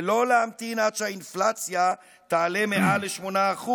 ולא להמתין עד שהאינפלציה תעלה מעל 8%,